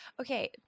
okay